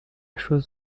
chose